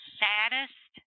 saddest